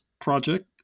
project